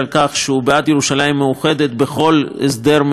ירושלים מאוחדת בכל הסדר מדיני אפשרי,